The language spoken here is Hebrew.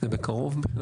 בקרוב?